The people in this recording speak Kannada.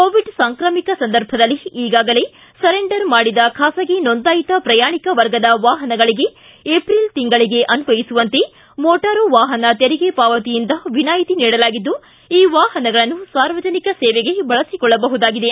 ಕೋವಿಡ್ ಸಾಂಕ್ರಾಮಿಕ ಸಂದರ್ಭದಲ್ಲಿ ಈಗಾಗಲೇ ಸರೆಂಡರ್ ಮಾಡಿದ ಖಾಸಗಿ ನೋಂದಾಯಿತ ಪ್ರಯಾಣಿಕ ವರ್ಗದ ವಾಹನಗಳಿಗೆ ಏಪ್ರಿಲ್ ತಿಂಗಳಿಗೆ ಅನ್ವಯಿಸುವಂತೆ ಮೋಟಾರು ವಾಹನ ತೆರಿಗೆ ಪಾವತಿಯಿಂದ ವಿನಾಯಿತಿ ನೀಡಲಾಗಿದ್ದು ಈ ವಾಹನಗಳನ್ನು ಸಾರ್ವಜನಿಕ ಸೇವೆಗೆ ಬಳಸಿಕೊಳ್ಳಬಹುದಾಗಿದೆ